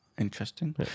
Interesting